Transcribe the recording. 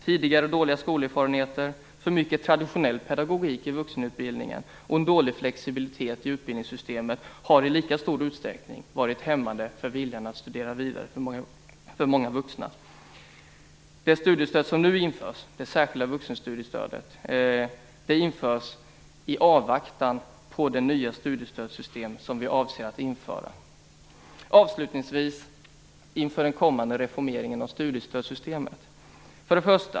Tidigare dåliga skolerfarenheter, för mycket traditionell pedagogik i vuxenutbildningen och en dålig flexibilitet i utbildningssystemet har i lika stor utsträckning varit hämmande för viljan att studera vidare hos många vuxna. Det studiestöd som nu införs, det särskilda vuxenstudiestödet, införs i avvaktan på det nya studiestödssystem som vi avser att införa. Avslutningsvis vill jag säga följande inför den kommande reformeringen av studiestödssystemet.